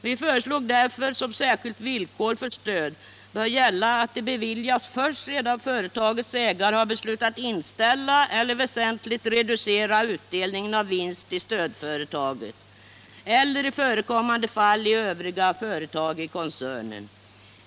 Vi föreslog därför att som särskilt villkor för stöd bör gälla att det beviljas först sedan företagets ägare beslutat inställa eller väsentligt reducera utdelning av vinst i stödföretaget, eller i förekommande fall i övriga företag i koncernen.